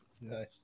Nice